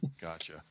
Gotcha